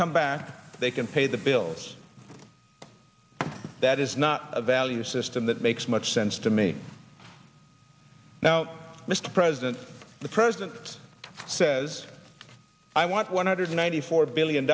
come back they can pay the bills that is not a value system that makes much sense to me now mr president the president says i want one hundred ninety four million